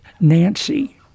Nancy